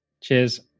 Cheers